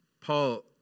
Paul